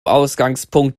ausgangspunkt